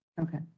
Okay